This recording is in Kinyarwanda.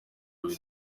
bintu